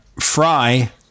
fry